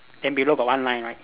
then below got one line right